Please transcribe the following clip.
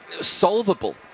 solvable